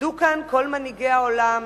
עמדו כאן כל מנהיגי העולם